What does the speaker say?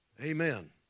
Amen